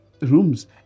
rooms